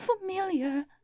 familiar